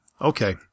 okay